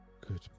Good